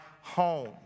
home